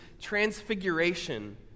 transfiguration